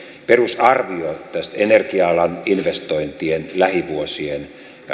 perusarvio tästä energia alan investointien lähivuosien